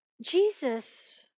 Jesus